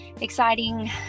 exciting